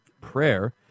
prayer